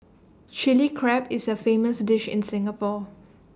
Chilli Crab is A famous dish in Singapore